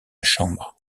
chambre